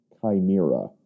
Chimera